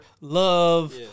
love